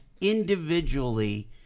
individually